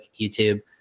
YouTube